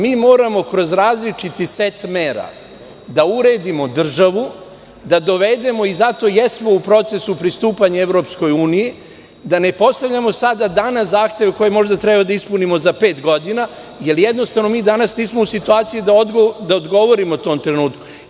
Mi moramo kroz različiti set mera da uredimo državu i zato i jesmo u procesu pristupanja EU, da ne postavljamo danas zahteve koje možda treba da ispunimo za pet godina, jer jednostavno, mi danas nismo u situaciji da odgovorimo tom trenutku.